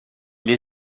les